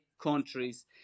countries